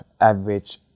average